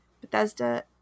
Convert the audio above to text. Bethesda